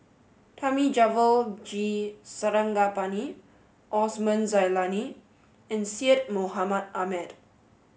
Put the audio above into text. Thamizhavel G Sarangapani Osman Zailani and Syed Mohamed Ahmed